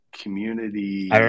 community